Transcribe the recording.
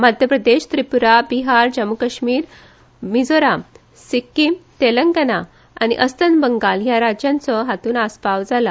मध्यप्रदेश त्रिपूरा बिहार जम्मू आनी काश्मिर मिझोराम सिक्कीम तेलंगणा आनी अस्तंत बंगाल ह्या राज्यांचो हातूंत आसपाव जाला